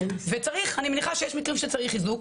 ואני מניחה שיש מקרים שצריך איזוק,